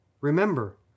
Remember